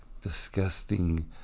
disgusting